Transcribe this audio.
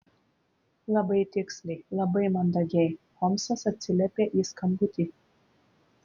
labai tiksliai labai mandagiai holmsas atsiliepė į skambutį